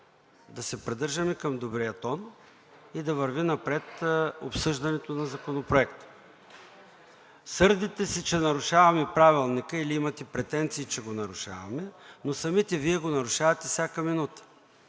да се придържаме към добрия тон и да върви напред обсъждането на Законопроекта. Сърдите се, че нарушаваме Правилника или имате претенции, че го нарушаваме, но самите Вие го нарушавате всяка минута.